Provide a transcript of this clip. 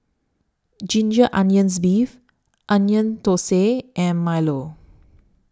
Ginger Onions Beef Onion Thosai and Milo